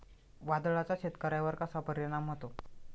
वादळाचा शेतकऱ्यांवर कसा परिणाम होतो?